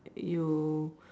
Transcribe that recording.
you